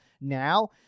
now